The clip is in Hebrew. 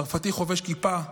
צרפתי חובש כיפה,